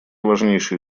важнейший